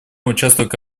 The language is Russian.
участвовать